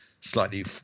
slightly